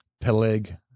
Peleg